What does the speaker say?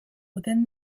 within